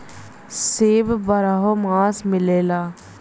सेब बारहो मास मिलला